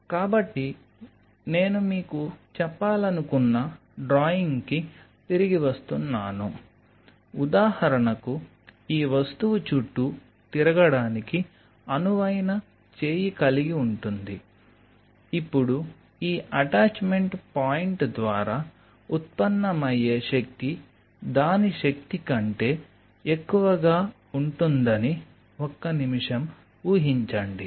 కాబట్టి నేను మీకు చెప్పాలనుకున్న డ్రాయింగ్కి తిరిగి వస్తున్నాను ఉదాహరణకు ఈ వస్తువు చుట్టూ తిరగడానికి అనువైన చేయి కలిగి ఉంటుంది ఇప్పుడు ఈ అటాచ్మెంట్ పాయింట్ ద్వారా ఉత్పన్నమయ్యే శక్తి దాని శక్తి కంటే ఎక్కువగా ఉంటుందని ఒక్క నిమిషం ఊహించండి